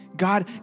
God